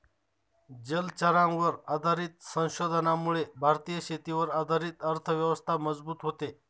जलचरांवर आधारित संशोधनामुळे भारतीय शेतीवर आधारित अर्थव्यवस्था मजबूत होते